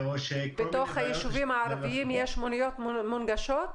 בתוך היישובים הערביים יש מוניות מונגשות?